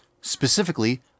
Specifically